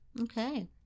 Okay